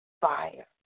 fire